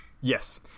Yes